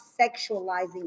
sexualizing